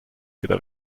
wieder